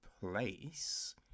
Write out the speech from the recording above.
place